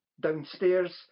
downstairs